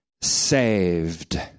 saved